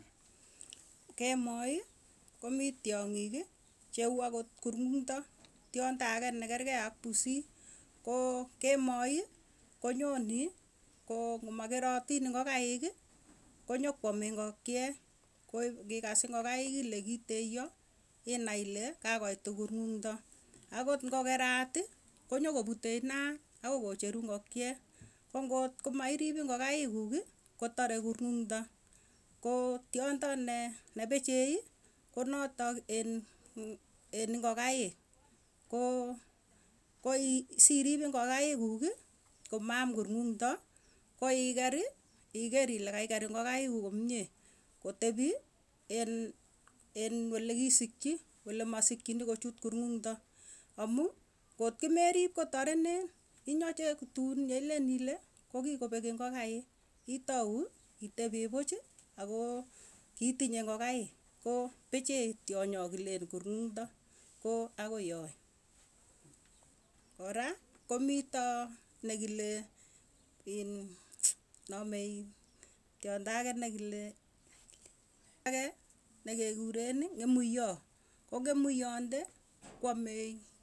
Kemoi komii tiong'ik cheuu akot kurung'to tiondo agee nekergee ak pusii koo kemoii konyonii ngomakerotin ingokaikii konyokwame ingokie ko iksas ingokik ile kiteyaa, inai ile kakoit tukurmundo. Akot ngo keratii konyokoputei inaatakoi koocheru ngokie ko ngotko mairip ngokaik kuuk kotaree kurng'undo. Koo tiondo ne- nepichii konotok en en n- ingokaik. koo sirip ngokaik kuuki komaam kurngung'ndo koii koikerr iker ile kaiker ingokaik kuuk komie kotepii en en olekisikchi olemasikchini kuchut kurngundo amuu ngotkomerip kotarenen inyache koo tun yeilen ile kokikopek ingokaik, itau itepii puuch akoo kitinye ingokaik, koo pichiiy tionyoo kilen kurungto koo akoi yoe kora komito nekile inn nekile naame iin tiondo agee nekilee nekikuree ng'emuyoo koo kemuyondee kwamei.